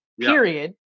period